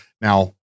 now